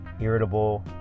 irritable